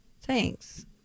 thanks